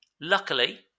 Luckily